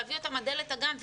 להביא אותם עד דלת הגן,